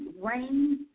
rain